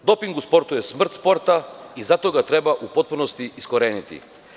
Doping u sportu je smrt sporta i zato ga treba u potpunosti iskoreniti.